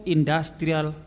Industrial